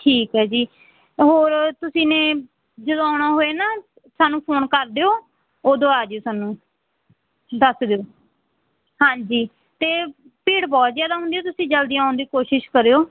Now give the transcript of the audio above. ਠੀਕ ਹੈ ਜੀ ਹੋਰ ਤੁਸੀਂ ਨੇ ਜਦੋਂ ਆਉਣਾ ਹੋਏ ਨਾ ਸਾਨੂੰ ਫੋਨ ਕਰ ਦਿਓ ਉਦੋਂ ਆ ਜਿਓ ਸਾਨੂੰ ਦੱਸ ਦਿਓ ਹਾਂਜੀ ਅਤੇ ਭੀੜ ਬਹੁਤ ਜ਼ਿਆਦਾ ਹੁੰਦੀ ਹੈ ਤੁਸੀਂ ਜਲਦੀ ਆਉਣ ਦੀ ਕੋਸ਼ਿਸ਼ ਕਰਿਓ